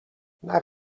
naar